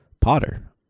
Potter